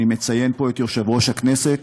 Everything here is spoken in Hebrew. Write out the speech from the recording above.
אני מציין פה את יושב-ראש הכנסת,